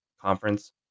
conference